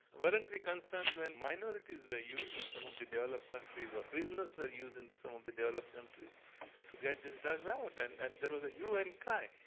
but and we concerned when minorities were used in some of the developed countries, or prisoners were used in some of the developed countries to get these drugs out and and there was a hue and cry?